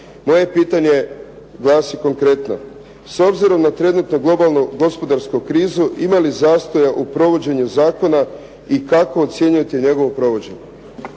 Moje pitanje glasi konkretno. S obzirom na trenutno globalnu gospodarsku krizu ima li zastoja u provođenju zakona i kako ocjenjujete njegovo provođenje.